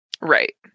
Right